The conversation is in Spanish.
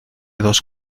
dos